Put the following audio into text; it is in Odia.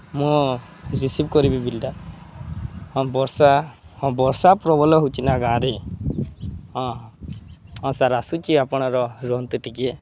ମୁଁ ରିସିଭ୍ କରିବି ବିଲ୍ଟା ହଁ ବର୍ଷା ହଁ ବର୍ଷା ପ୍ରବଳ ହେଉଛି ନା ଗାଁରେ ହଁ ହଁ ସାର୍ ଆସୁଛି ଆପଣ ରୁହନ୍ତୁ ଟିକିଏ